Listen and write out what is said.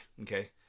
okay